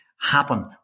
happen